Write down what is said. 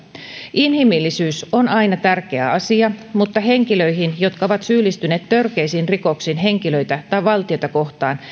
inhimillisyys on aina tärkeä asia mutta henkilöihin jotka ovat syyllistyneet törkeisiin rikoksiin henkilöitä tai valtiota kohtaan